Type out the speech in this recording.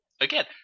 again